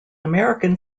american